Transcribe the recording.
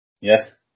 Yes